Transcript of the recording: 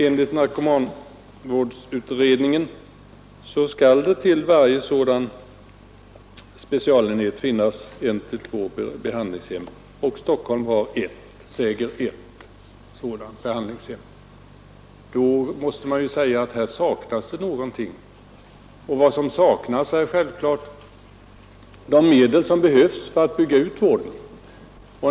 Enligt narkomanvårdsutredningen skall det till varje sådan specialenhet finnas ett å två behandlingshem, och Stockholm har ett — säger ett — sådant behandlingshem. Då måste man säga att här saknas någonting. Vad som saknas är självklart de medel som behövs för att bygga ut vården.